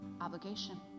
Obligation